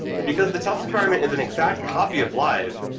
and because the test environment is an exact copy of live,